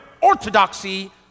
orthodoxy